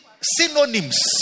synonyms